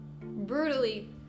Brutally